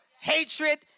hatred